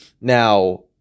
Now